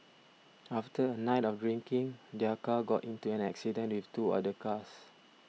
after a night of drinking their car got into an accident with two other cars